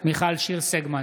מיכל שיר סגמן,